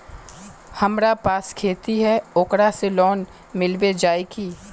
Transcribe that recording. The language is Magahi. हमरा पास खेती है ओकरा से लोन मिलबे जाए की?